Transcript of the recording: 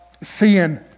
seeing